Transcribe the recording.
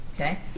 Okay